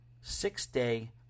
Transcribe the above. six-day